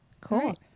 Cool